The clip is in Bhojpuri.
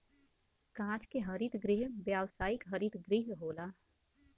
कांच के हरित गृह व्यावसायिक हरित गृह होला